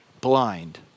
blind